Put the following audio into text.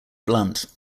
blunt